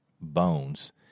bones